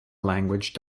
language